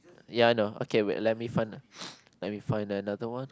ya I know okay wait let me find let me find another one